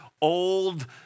old